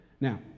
Now